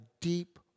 deep